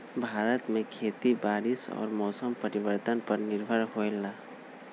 भारत में खेती बारिश और मौसम परिवर्तन पर निर्भर होयला